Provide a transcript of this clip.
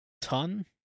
ton